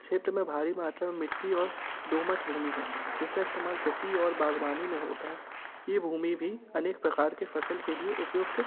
क्षेत्र में भारी मात्रा में मिट्टी और दोमट भूमि है जिसका इस्तेमाल कृषि और बाग़बानी में होता है ये भूमि भी अनेक प्रकार की फ़सल के लिए उपयुक्त